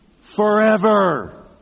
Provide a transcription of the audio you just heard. forever